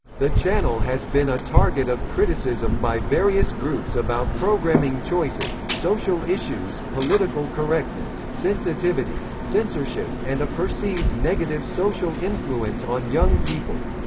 the channel has been a target of criticism by various groups about programming choices, social issues, political correctness, sensitivity, censorship, and a perceived negative social influence on young people.